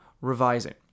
revising